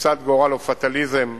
תפיסת גורל או פטאליזם,